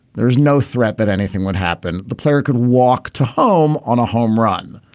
there is no threat that anything would happen. the player could walk to home on a home run.